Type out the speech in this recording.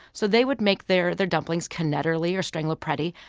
so they would make their their dumplings, canederli or strangolapreti,